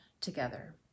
together